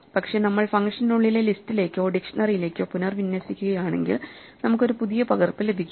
പക്ഷേ നമ്മൾ ഫംഗ്ഷനുള്ളിലെ ലിസ്റ്റിലെക്കോ ഡിക്ഷ്ണറിയിലേക്കോ പുനർവിന്യസിക്കുകയാണെങ്കിൽ നമുക്ക് ഒരു പുതിയ പകർപ്പ് ലഭിക്കും